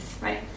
right